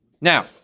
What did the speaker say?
Now